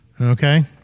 Okay